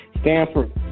Stanford